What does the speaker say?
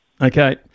Okay